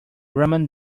rowan